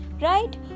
right